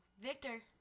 Victor